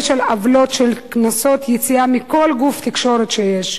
של עוולות של קנסות יציאה מכל גוף תקשורת שיש,